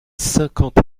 cinquante